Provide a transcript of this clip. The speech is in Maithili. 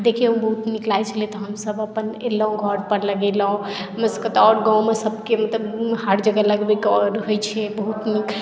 देखैमे बहुत नीक लागै छलै तऽ हमसभ एलहुँ अपन घर पर लगेलहुँ हमरा सभकेँ तऽ आओर गाँवमे सभकेँ हर जगह लगबैकेँ आओर रहै छै बहुत नीक